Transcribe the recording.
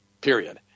period